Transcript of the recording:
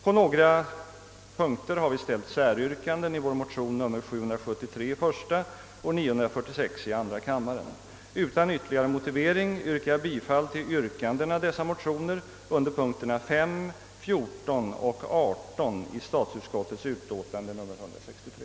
På några punkter har vi gjort säryrkanden i våra motioner nr 773 i första kammaren och 946 i denna kammare. Utan ytterligare motivering hemställer jag om bifall till yrkandena i dessa motioner under punkterna 5, 14 och 18 i statsutskottets utlåtande nr 163.